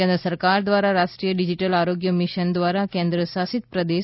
કેન્દ્ર સરકાર દ્વારા રાષ્ટ્રીય ડિજિટલ આરોગ્ય મિશન માટે કેન્દ્રશાસિત પ્રદેશ